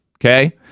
okay